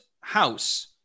house